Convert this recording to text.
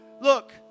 Look